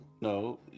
No